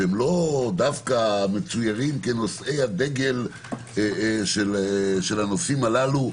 שהם לא דווקא מצוירים כנושאי הדגל של הנושאים הללו,